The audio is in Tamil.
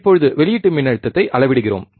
இப்போது வெளியீட்டு மின்னழுத்தத்தை அளவிடுகிறோம்